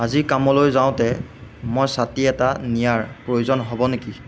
আজি কামলৈ যাওঁতে মই ছাতি এটা নিয়াৰ প্ৰয়োজন হ'ব নেকি